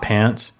Pants